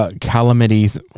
calamities